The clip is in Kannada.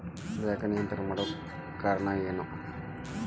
ಬ್ಯಾಂಕ್ ನಿಯಂತ್ರಣ ಮಾಡೊ ಕಾರ್ಣಾ ಎನು?